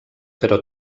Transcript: però